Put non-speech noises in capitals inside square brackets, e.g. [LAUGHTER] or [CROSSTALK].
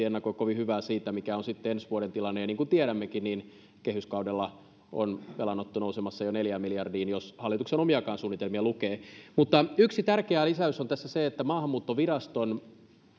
[UNINTELLIGIBLE] ennakoi kovin hyvää siitä mikä on ensi vuoden tilanne niin kuin tiedämmekin niin kehyskaudella on velanotto nousemassa jo neljään miljardiin jos hallituksen omiakin suunnitelmia lukee yksi tärkeä lisäys on tässä se että maahanmuuttoviraston